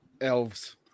Elves